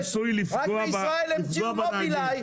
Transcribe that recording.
יש בישראל המציאו מובילאיי,